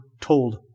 told